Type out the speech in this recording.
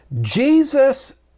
Jesus